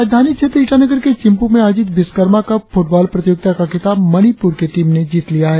राजधानी क्षेत्र ईटानगर के चिंपू में आयोजित विश्वकर्मा कप फुटबॉल प्रतियोगिता का खिताब मणिपुर की टीम ने जीता है